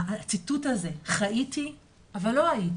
הציטוט הזה "..חייתי אבל לא הייתי..".